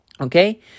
Okay